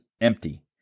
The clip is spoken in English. empty